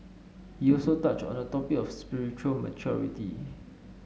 he also touched on the topic of spiritual maturity